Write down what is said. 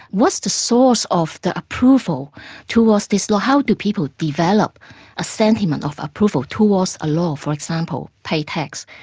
what's the source of the approval towards this law? how do people develop a sentiment of approval towards a law, for example, pay tax.